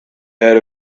heard